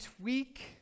tweak